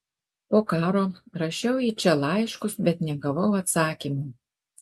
po karo rašiau į čia laiškus bet negavau atsakymų